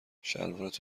شلوارت